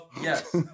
Yes